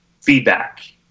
feedback